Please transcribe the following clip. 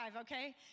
okay